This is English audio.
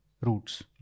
Roots